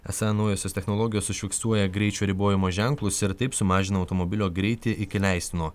esą naujosios technologijos užfiksuoja greičio ribojimo ženklus ir taip sumažina automobilio greitį iki leistino